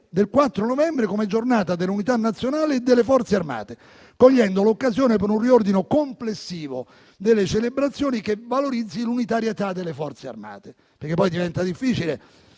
del 4 novembre come Giornata dell'Unità nazionale e delle Forze armate, cogliendo l'occasione per un riordino complessivo delle celebrazioni che valorizzasse l'unitarietà delle Forze armate. Peraltro diventa difficile